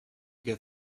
get